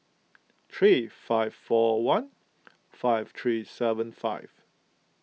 three five four one five three seven five